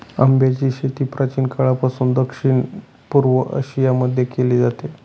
आंब्याची शेती प्राचीन काळापासून दक्षिण पूर्व एशिया मध्ये केली जाते